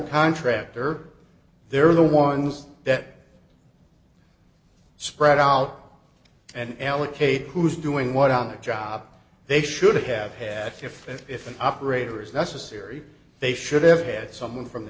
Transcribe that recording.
contractor there are the ones that spread out and allocate who's doing what on the job they should have had to face if an operator is necessary they should have had someone from the